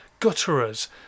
gutterers